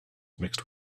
mixed